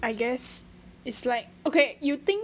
I guess it's like okay you think